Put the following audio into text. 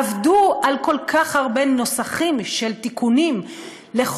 עבדו על כל כך הרבה נוסחים של תיקונים לחוק